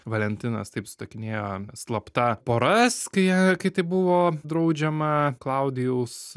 valentinas taip sutuokinėjo slapta poras kai kai tai buvo draudžiama klaudijaus